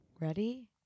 ready